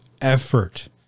effort